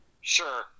Sure